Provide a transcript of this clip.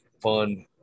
fun